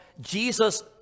Jesus